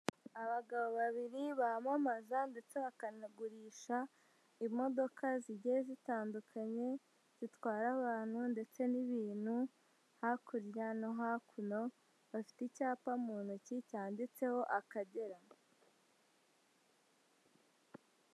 Abagabo babiri bamamaza ndetse bakanagurisha imodoka zigiye zitandukanye zitwara abantu ndetse n'ibintu hakurya no hakuno. Bafite icyapa mu ntoki cyanditseho akagera.